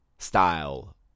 Style